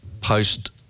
post